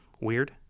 Weird